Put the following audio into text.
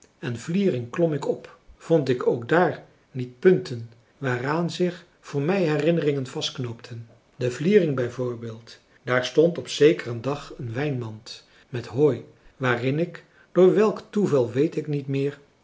en vliering klom ik op vond ik ook daar niet punten waaraan zich voor mij herinneringen vastknoopten de vliering bij voorbeeld daar stond op zekeren dag een wijnmand met hooi waarin ik door welk toeval weet ik niet meer